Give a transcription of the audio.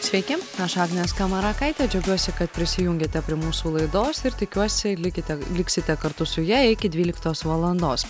sveiki aš agnė skamarakaitė džiaugiuosi kad prisijungėte prie mūsų laidos ir tikiuosi likite liksite kartu su ja iki dvyliktos valandos